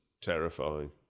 terrifying